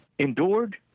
Endured